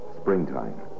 springtime